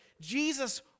Jesus